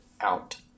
out